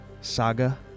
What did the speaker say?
saga